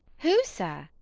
who, sir,